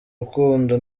rukundo